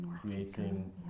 creating